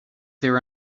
there